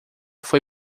foi